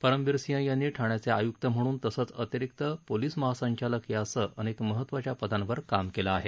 परमबीर सिंह यांनी ठाण्याचे आय्क्त म्हणून तसंच अतिरिक्त पोलीस महासंचालक यासह अनेक महत्वाच्या पदावर काम केलं आहे